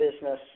business